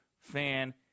fan